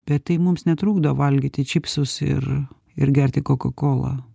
bet tai mums netrukdo valgyti čipsus ir ir gerti kokakolą